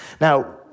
Now